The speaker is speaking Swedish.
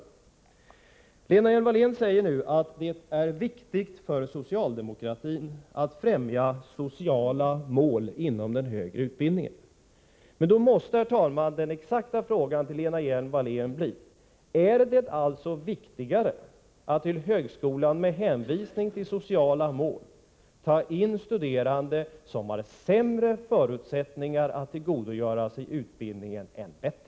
Lena Hjelm-Wallén sade att det är viktigt för socialdemokratin att främja sociala mål inom den högre utbildningen, men då måste, herr talman, den exakta frågan till Lena Hjelm-Wallén bli: Är det alltså viktigare att till högskolan — med hänvisning till sociala mål — ta in studerande som har sämre förutsättningar att tillgodogöra sig utbildningen än andra?